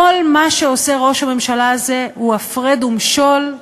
כל מה שעושה ראש הממשלה הזה הוא הפרד ומשול,